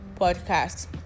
podcast